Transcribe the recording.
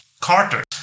Carter